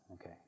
Okay